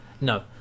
No